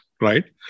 right